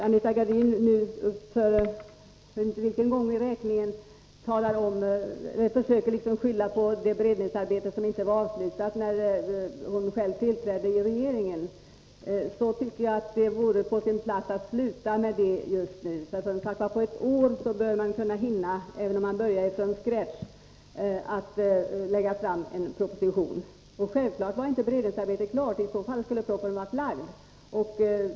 Anita Gradin försöker för jag vet inte vilken gång i ordningen skylla på det beredningsarbete som inte var avslutat när hon tillträdde i regeringen. Det tycker jag hon bör sluta med. På ett år bör man, även om man börjar från scratch, kunna lägga fram en proposition. Självklart var inte beredningsarbetet klart. I så fall skulle propositionen varit framlagd.